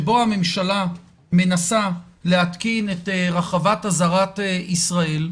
בו הממשלה מנסה להתקין את רחבת אזהרת ישראל,